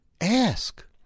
Ask